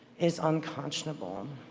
is unconscionable. um